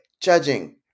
Judging